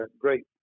great